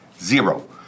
zero